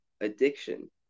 addiction